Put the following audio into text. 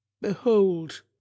Behold